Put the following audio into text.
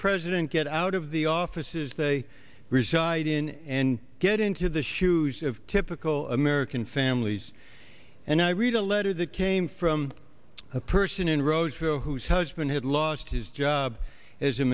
president get out of the offices they reside in and get into the shoes of typical american families and i read a letter that came from a person in roseville whose husband had lost his job as a